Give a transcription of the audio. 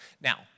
Now